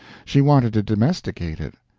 she wanted to domesticate it,